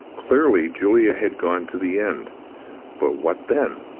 clearly, julia had gone to the end but what then?